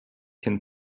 can